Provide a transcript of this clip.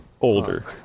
older